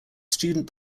student